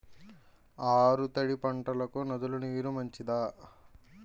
ఆరు తడి పంటలకు నదుల నీరు మంచిదా?